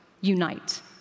unite